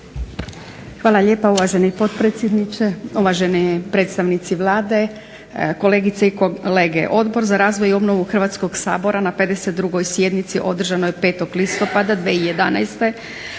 Hvala lijepa uvaženi potpredsjedniče, uvaženi predstavnici Vlade, kolegice i kolege. Odbor za razvoj i obnovu Hrvatskog sabora na 52. sjednici održanoj 5. listopada 2011.